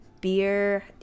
beer –